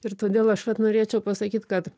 ir todėl aš vat norėčiau pasakyt kad